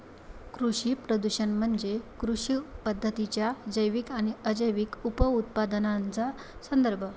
कृषी प्रदूषण म्हणजे कृषी पद्धतींच्या जैविक आणि अजैविक उपउत्पादनांचा संदर्भ